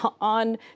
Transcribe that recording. on